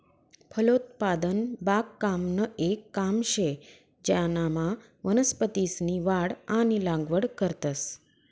फलोत्पादन बागकामनं येक काम शे ज्यानामा वनस्पतीसनी वाढ आणि लागवड करतंस